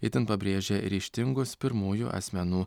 itin pabrėžė ryžtingus pirmųjų asmenų